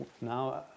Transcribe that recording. Now